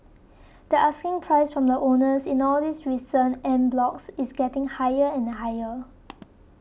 the asking price from the owners in all these recent en blocs is getting higher and higher